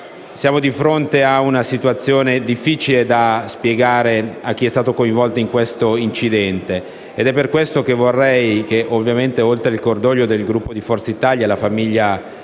Siamo di fronte a una situazione difficile da spiegare a chi è stato coinvolto in questo incidente. Ed è per questo che vorrei, oltre al cordoglio del Gruppo di Forza Italia alla famiglia